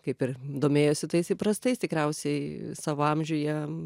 kaip ir domėjosi tais įprastais tikriausiai savo amžiuje